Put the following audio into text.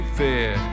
fair